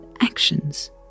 actions